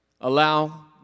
Allow